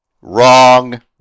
Wrong